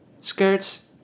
skirts